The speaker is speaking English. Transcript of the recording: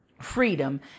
freedom